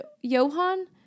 Johan